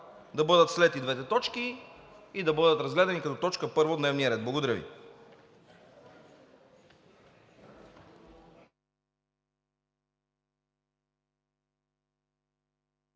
да бъдат слети двете точки и да бъдат разгледани като точка първа от дневния ред. Благодаря Ви.